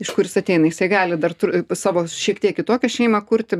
iš kur jis ateina jisai gali dar turi savo šiek tiek kitokią šeimą kurti